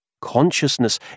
Consciousness